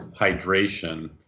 hydration